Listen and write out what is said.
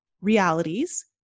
realities